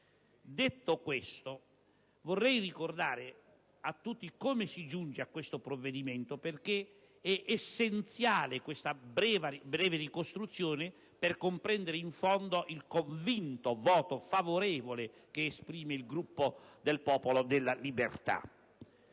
Detto questo, vorrei ricordare a tutti come si giunge al provvedimento in esame, la cui breve ricostruzione è essenziale per comprendere in fondo il convinto voto favorevole che esprime il Gruppo del Popolo della Libertà.